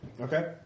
Okay